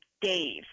Dave